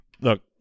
look